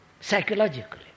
psychologically